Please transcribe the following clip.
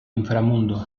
inframundo